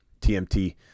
tmt